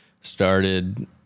started